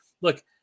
look